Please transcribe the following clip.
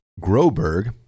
Groberg